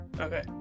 okay